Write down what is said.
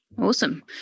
Awesome